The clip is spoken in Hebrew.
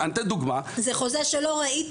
זה חוזה שלא ראית?